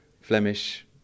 Flemish